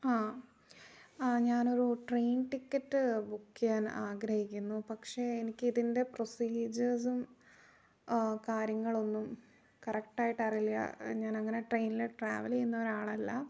ആ ആ ഞാൻ ഒരു ട്രെയിൻ ടിക്കറ്റ് ബുക്ക് ചെയ്യാൻ ആഗ്രഹിക്കുന്നു പക്ഷെ എനിക്ക് ഇതിൻ്റെ പ്രൊസീജിയെർസും കാര്യങ്ങളൊന്നും കറക്റ്റ് ആയിട്ട് അറിയില്ല ഞാൻ അങ്ങനെ ട്രെയിനിൽ ട്രാവൽ ചെയ്യുന്ന ഒരാൾ അല്ല